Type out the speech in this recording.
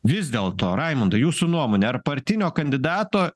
vis dėlto raimundai jūsų nuomone ar partinio kandidato